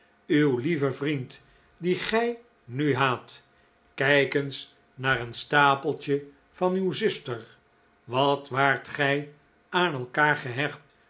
uw lieve vriend dien gij nu haat kijk eens naar een stapeltje van uw zuster wat waart gij aan elkaar gehecht